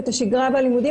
את השגרה בלימודים.